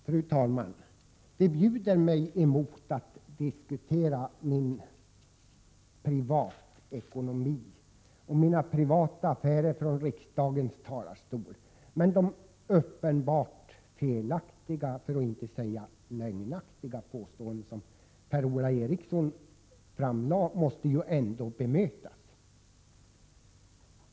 Fru talman! Det bjuder mig emot att diskutera min privatekonomi och mina privata affärer från riksdagens talarstol, men de uppenbart felaktiga, för att inte säga lögnaktiga, påståenden som Per-Ola Eriksson gjorde måste ändå bemötas.